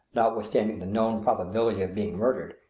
notwithstanding the known probability of being murdered,